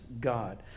God